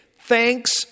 Thanks